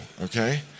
Okay